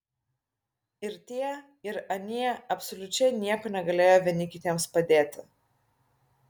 ir tie ir anie absoliučiai nieko negalėjo vieni kitiems padėti